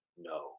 no